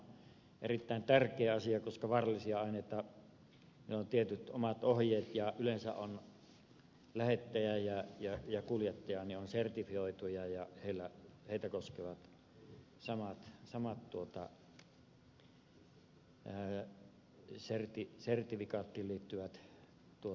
tietysti tämä on erittäin tärkeä asia koska vaarallisilla aineilla on tietyt omat ohjeet ja yleensä lähettäjä ja kuljettaja ovat sertifioituja ja heitä koskevat samat sertifikaattiin liittyvät vaatimukset